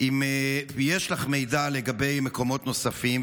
האם יש לך מידע לגבי מקומות נוספים?